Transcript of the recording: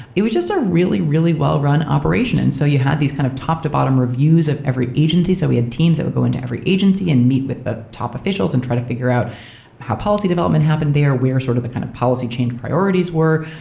it was just a really, really well run operation and so you had these kind of top to bottom reviews of every agency, so we had teams that would go into every agency and meet with the top officials and try to figure out how policy development happened there. where sort of the kind of policy change priorities were,